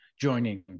joining